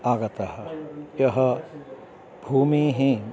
आगतः यः भूमेः